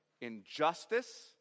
injustice